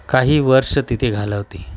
काही वर्ष तिथे घालवते